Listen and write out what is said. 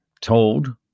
told